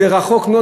זה רחוק מאוד.